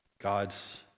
God's